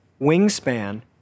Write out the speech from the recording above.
Wingspan